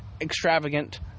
extravagant